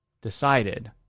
decided